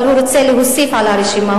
אבל הוא רוצה להוסיף על הרשימה.